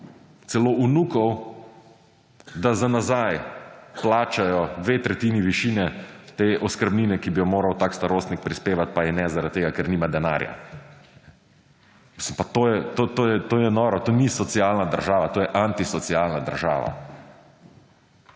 celo vnukov, da za nazaj plačajo dve tretjini višine te oskrbnine, ki bi jo moral tak starostnik prispevat, pa je ne, zaradi tega, ker nima denarja. Mislim, pa to je, to je noro, to ni socialna država, to je anti socialna država.